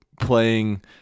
playing